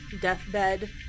deathbed